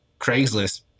Craigslist